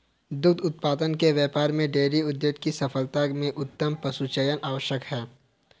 दुग्ध उत्पादन के व्यापार में डेयरी उद्योग की सफलता में उत्तम पशुचयन आवश्यक है